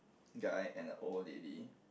guy and a old lady